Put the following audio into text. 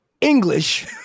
English